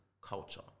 culture